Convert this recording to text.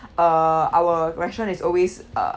uh our restaurant is always uh